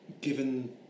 given